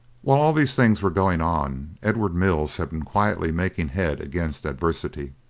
while all these things were going on, edward mills had been quietly making head against adversity.